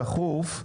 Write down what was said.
דחוף,